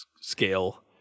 scale